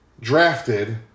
drafted